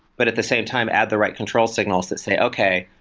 but at the same time add the right control signals that say, okay.